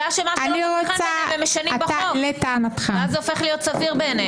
הבעיה שאתם משנים בחוק ואז זה הופך להיות סביר.